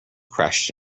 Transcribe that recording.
crashed